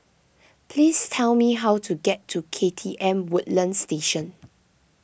please tell me how to get to K T M Woodlands Station